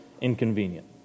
inconvenient